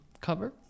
cover